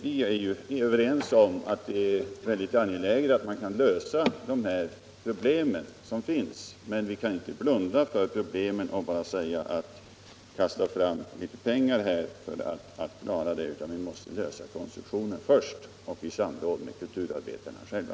Vi är överens om att det är mycket angeläget att de problem som finns kan lösas. Vi kan inte blunda för dem och bara säga att det skall kastas fram litet pengar för klara det hela, utan vi måste först arbeta fram en konstruktion i samråd med kulturarbetarna själva.